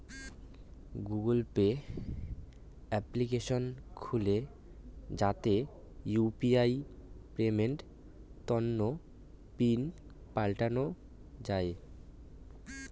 Google Pay application খুলে যাতে UPI পেমেন্টের তন্ন পিন পাল্টানো যাই